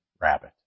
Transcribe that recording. Rabbit